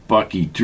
Bucky